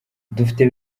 dufite